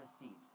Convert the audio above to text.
received